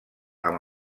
amb